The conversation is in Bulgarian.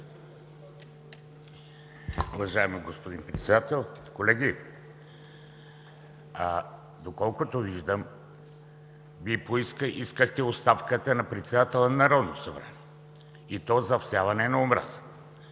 Уважаема госпожо Председател! Колеги, доколкото виждам, Вие искахте оставката на председателя на Народното събрание, и то за всяване на омраза.